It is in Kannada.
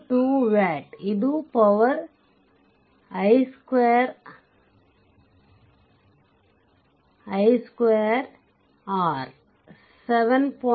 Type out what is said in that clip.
2 ವ್ಯಾಟ್ ಇದು ಪವರ್ ಐ ಸ್ಕ್ವೇರ್ ಆರ್ 7